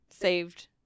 saved